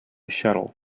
shuttle